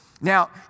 Now